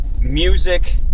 music